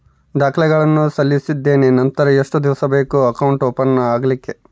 ದಾಖಲೆಗಳನ್ನು ಸಲ್ಲಿಸಿದ್ದೇನೆ ನಂತರ ಎಷ್ಟು ದಿವಸ ಬೇಕು ಅಕೌಂಟ್ ಓಪನ್ ಆಗಲಿಕ್ಕೆ?